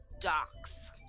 docks